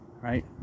right